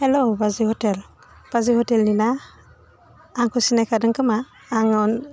hello बाजै hotel बाजै ह'टेलनि ना आंखौ सिनायखादों खोमा आङो